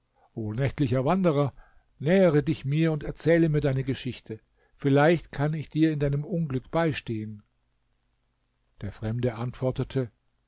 nächtlicher wanderer nähere dich mir und erzähle mir deine geschichte vielleicht kann ich dir in deinem unglück beistehen der fremde antwortete